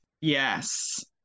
Yes